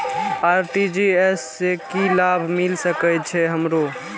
RTGS से की लाभ मिल सके छे हमरो?